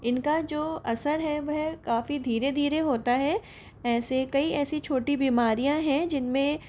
इनका जो असर है वह काफ़ी धीरे धीरे होता है ऐसे कई ऐसी छोटी बीमारियाँ हैं जिन में